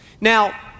Now